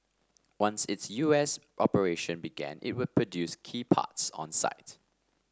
once its U S operation began it would produce key parts on site